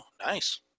Nice